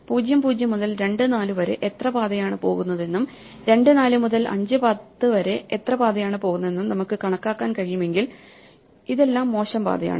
0 0 മുതൽ 2 4 വരെ എത്ര പാതയാണ് പോകുന്നതെന്നും 2 4 മുതൽ 5 10 വരെ എത്ര പാതയാണ് പോകുന്നതെന്നും നമുക്ക് കണക്കാക്കാൻ കഴിയുമെങ്കിൽ ഇതെല്ലാം മോശം പാതയാണ്